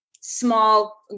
small